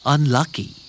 Unlucky